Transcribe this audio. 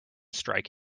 strike